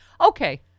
Okay